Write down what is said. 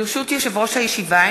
ברשות יושב-ראש הישיבה,